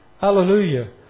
Hallelujah